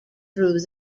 through